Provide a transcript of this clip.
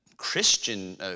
Christian